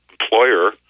employer